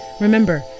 Remember